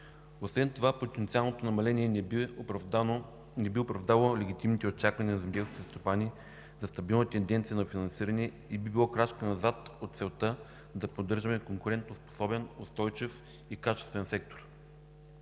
Освен това потенциалното намаление не би оправдало легитимните очаквания на земеделските стопани за стабилна тенденция на финансиране и би било крачка назад от целта да поддържаме конкурентноспособен, устойчив и качествен сектор.